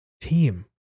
team